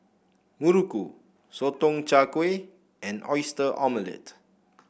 Muruku Sotong Char Kway and Oyster Omelette